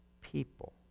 people